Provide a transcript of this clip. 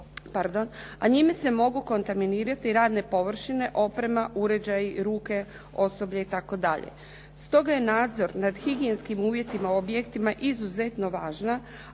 a njime se mogu kontaminirati radne površine, oprema, uređaji, ruke, osoblje itd. Stoga je nadzor nad higijenskim uvjetima u objektima izuzetno važan